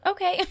Okay